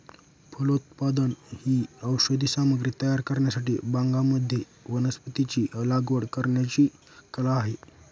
फलोत्पादन ही औषधी सामग्री तयार करण्यासाठी बागांमध्ये वनस्पतींची लागवड करण्याची कला आहे